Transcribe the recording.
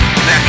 Now